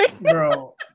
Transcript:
bro